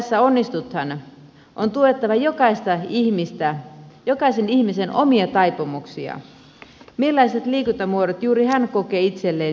jotta tässä onnistutaan on tuettava jokaista ihmistä jokaisen ihmisen omia taipumuksia millaiset liikuntamuodot juuri hän kokee itselleen mielekkääksi